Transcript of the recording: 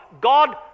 God